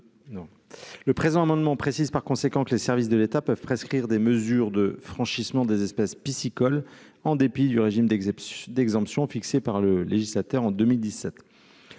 le présent amendement précise par conséquent que les services de l'État peuvent prescrire des mesures de franchissement des espèces piscicoles, en dépit du régime d'exception d'exemption fixées par le législateur en 2017,